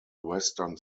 western